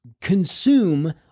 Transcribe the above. consume